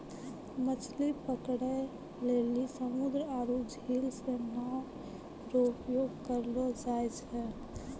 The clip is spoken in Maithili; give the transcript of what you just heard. मछली पकड़ै लेली समुन्द्र आरु झील मे नांव रो उपयोग करलो जाय छै